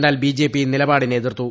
എന്നാൽ B J P നിലപാടിനെ എതിർത്തു